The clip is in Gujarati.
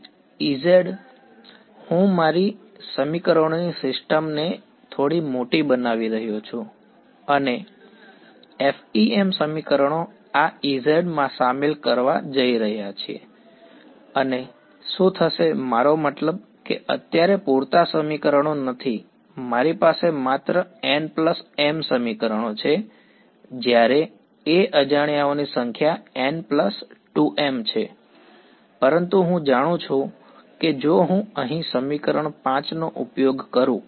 તેથી Ez હું મારી સમીકરણોની સિસ્ટમ ને થોડી મોટી બનાવી રહ્યો છું અને FEM સમીકરણો આ Ez સામેલ કરવા જઈ રહ્યા છે અને શું થશે મારો મતલબ કે અત્યારે પૂરતા સમીકરણો નથી મારી પાસે માત્ર nm સમીકરણો છે જ્યારે a અજાણ્યાઓની સંખ્યા n2m છે પરંતુ હું જાણું છું કે જો હું અહીં સમીકરણ 5 નો ઉપયોગ કરું